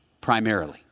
primarily